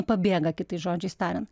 pabėga kitais žodžiais tariant